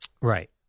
Right